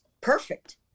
perfect